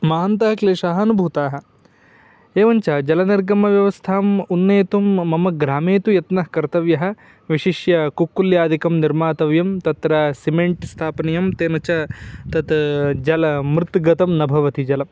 महान्तः क्लेशाः अनुभूताः एवं च जलनिर्गमव्यवस्थाम् उन्नेतुं म मम ग्रामे तु यत्नः कर्तव्यः विशिष्य कुक्कुल्यादिकं निर्मातव्यं तत्र सिमेण्ट् स्थापनीयं तेन च तत् जलं मृत्गतं न भवति जलम्